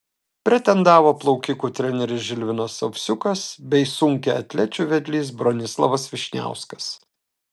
pretendavo plaukikų treneris žilvinas ovsiukas bei sunkiaatlečių vedlys bronislovas vyšniauskas